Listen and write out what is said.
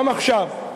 גם עכשיו,